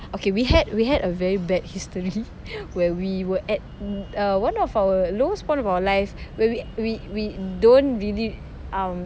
okay we had we had a very bad history where we were at uh one of our lowest point of our lives where we we we don't really um